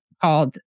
called